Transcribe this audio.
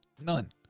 None